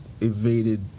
evaded